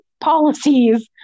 policies